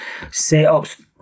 setups